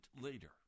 later